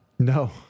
No